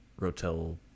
Rotel